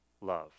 love